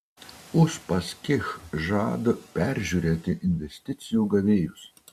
uspaskich žada peržiūrėti investicijų gavėjus